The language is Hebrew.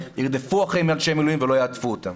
ירדפו אחרי אנשי מילואים ולא יהדפו אותם.